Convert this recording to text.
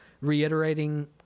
reiterating